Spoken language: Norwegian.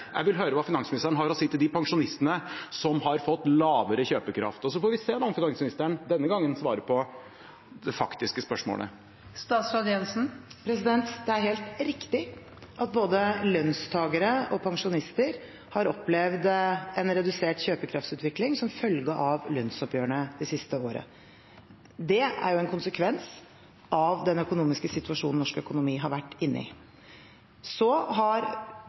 Jeg vil høre hva finansministeren har å si til de pensjonistene som har fått lavere kjøpekraft. Så får vi se om finansministeren denne gangen svarer på det faktiske spørsmålet. Det er helt riktig at både lønnstagere og pensjonister har opplevd en redusert kjøpekraftsutvikling som følge av lønnsoppgjørene det siste året. Det er en konsekvens av den økonomiske situasjonen norsk økonomi har vært inne i. Regjeringen har